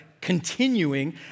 continuing